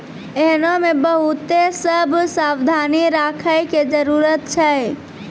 एहनो मे बहुते सभ सावधानी राखै के जरुरत छै